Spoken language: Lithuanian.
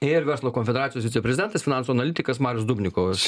ir verslo konfederacijos viceprezidentas finansų analitikas marius dubnikovas